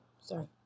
Sorry